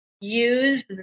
use